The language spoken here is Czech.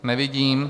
Nevidím.